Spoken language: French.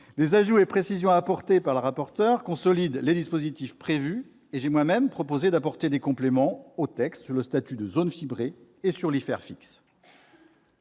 Les ajouts et précisions apportés par la rapporteur consolident les dispositifs prévus, et j'ai moi-même proposé d'apporter des compléments au texte sur le statut de « zone fibrée » et sur l'IFER fixe.